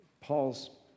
Paul's